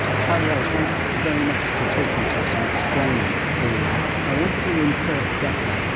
whitetyrell, thanks very much for talking to us and explaining all that. i want to bring in curt decker,